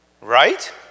Right